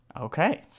okay